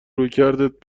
رویکردت